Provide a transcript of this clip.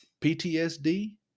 PTSD